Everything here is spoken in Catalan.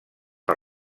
per